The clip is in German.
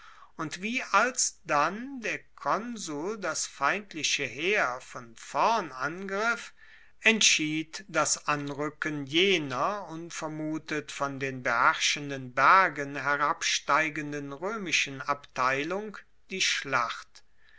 und wie alsdann der konsul das feindliche herr von vorn angriff entschied das anruecken jener unvermutet von den beherrschenden bergen herabsteigenden roemischen abteilung die schlacht